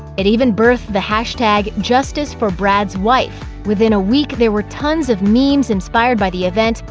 it even birthed the hashtag justiceforbradswife. within a week, there were tons of memes inspired by the event,